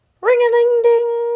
Ring-a-ding-ding